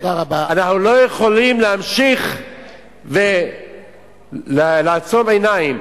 אנחנו לא יכולים להמשיך לעצום עיניים.